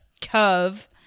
curve